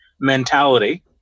mentality